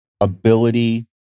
ability